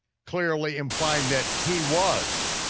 clearly implying that he was.